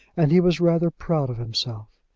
and he was rather proud of himself.